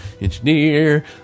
engineer